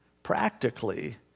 practically